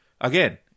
again